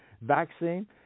vaccine